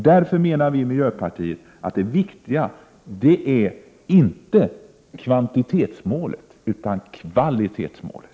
Därför menar vi i miljöpartiet att det viktiga inte är kvantitetsmålet utan kvalitetsmålet.